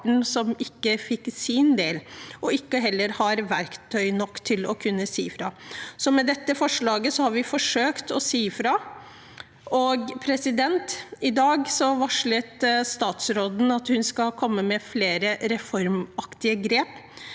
som ikke fikk sin del, og heller ikke har verktøy nok til å kunne si fra. Med dette forslaget har vi forsøkt å si fra. I dag varslet statsråden at hun skal komme med flere reformaktige grep.